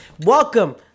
Welcome